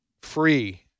free